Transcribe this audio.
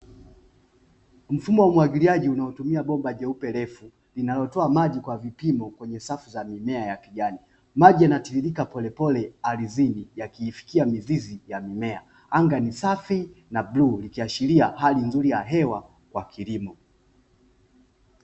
Mfumo wa umwagiliaji unaotumia bomba jeupe refu linalotoa maji kwa vipimo kwenye safu za mimea ya kijani. Maji yanatiririka polepole ardhini yakiifikia mizizi ya mimea. Anga ni safi na bluu likiashiria hali nzuri ya hewa kwa kilimo.